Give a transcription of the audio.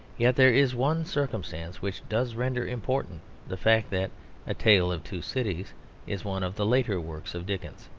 yet there is one circumstance which does render important the fact that a tale of two cities is one of the later works of dickens.